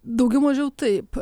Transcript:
daugiau mažiau taip